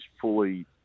fully